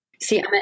See